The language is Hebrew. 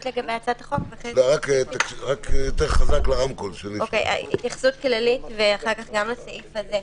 לגבי הצעת החוק ואחר כך גם לסעיף הזה.